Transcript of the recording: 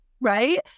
right